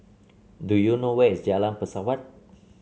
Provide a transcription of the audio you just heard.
do you know where is Jalan Pesawat